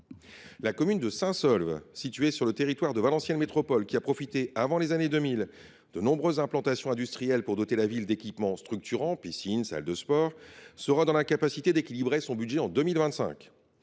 La commune de Saint Saulve, située sur le territoire de la communauté d’agglomération Valenciennes Métropole, qui a profité avant les années 2000 de nombreuses implantations industrielles pour doter la ville d’équipements structurants – piscines, salles de sport –, sera dans l’incapacité d’équilibrer son budget en 2025.